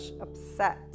upset